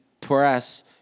press